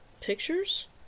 Pictures